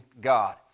God